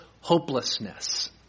hopelessness